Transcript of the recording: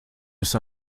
ist